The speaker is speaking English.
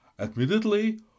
Admittedly